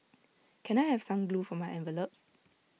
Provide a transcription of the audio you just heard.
can I have some glue for my envelopes